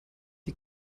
die